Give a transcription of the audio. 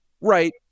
Right